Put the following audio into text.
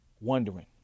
Wondering